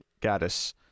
gaddis